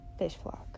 Fishflock